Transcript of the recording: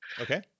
Okay